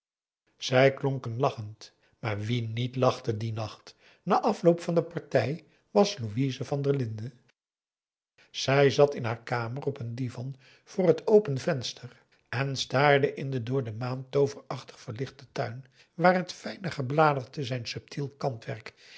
zij klonken lachend maar wie niet lachte dien nacht na afloop van de partij was louise van der linden zij zat in haar kamer op een divan voor het open venster en staarde in den door de maan tooverachtig verlichten tuin waar het fijne gebladerte zijn subtiel kantwerk